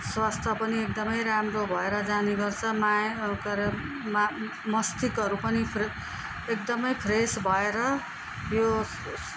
स्वास्थ्य पनि एकदमै राम्रो भएर जाने गर्छ माया र मस्तिष्कहरू पनि फे एकदमै फ्रेस भएर यो